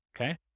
Okay